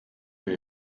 wir